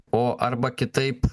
o arba kitaip